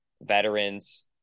veterans